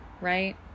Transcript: right